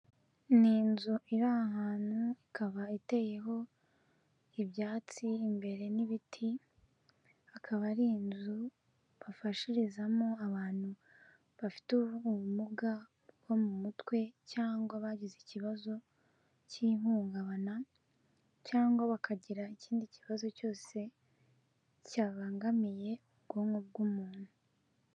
Ni inzu iri ahantu ikaba iteyeho ibyatsi imbere n'ibiti, akaba ari inzu bafashirizamo abantu bafite ubumuga bwo mu mutwe cyangwa bagize ikibazo cy'ihungabana, cyangwa bakagira ikindi kibazo cyose cyabangamiye ubwonko bw'umuntu.